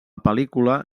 pel·lícula